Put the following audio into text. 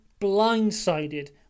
blindsided